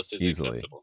easily